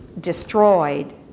destroyed